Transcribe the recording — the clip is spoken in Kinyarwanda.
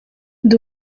ndi